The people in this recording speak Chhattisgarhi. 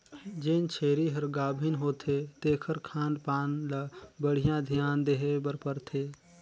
जेन छेरी हर गाभिन होथे तेखर खान पान ल बड़िहा धियान देहे बर परथे